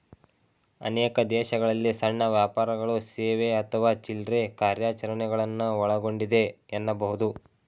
ಅನೇಕ ದೇಶಗಳಲ್ಲಿ ಸಣ್ಣ ವ್ಯಾಪಾರಗಳು ಸೇವೆ ಅಥವಾ ಚಿಲ್ರೆ ಕಾರ್ಯಾಚರಣೆಗಳನ್ನ ಒಳಗೊಂಡಿದೆ ಎನ್ನಬಹುದು